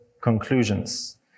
conclusions